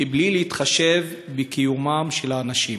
בלי להתחשב בקיומם של האנשים.